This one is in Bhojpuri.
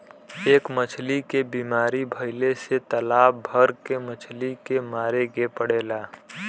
एक मछली के बीमारी भइले से तालाब भर के मछली के मारे के पड़ेला